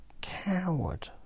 coward